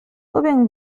lubię